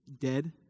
dead